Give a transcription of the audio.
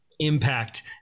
impact